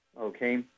okay